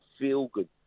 feel-good